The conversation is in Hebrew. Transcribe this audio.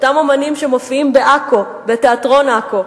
אותם אמנים שמופיעים בעכו בתיאטרון עכו,